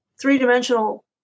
three-dimensional